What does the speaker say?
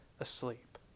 asleep